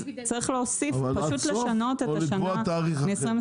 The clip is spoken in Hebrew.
אז צריך להוסיף פשוט לשנות את השנה מ- 2022